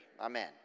amen